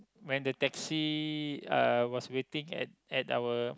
when the taxi uh was waiting at at our